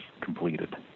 completed